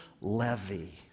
levy